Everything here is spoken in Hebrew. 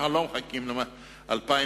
אנחנו לא מחכים לשנת 2010,